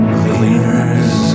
cleaners